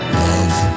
love